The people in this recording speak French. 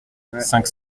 cinquante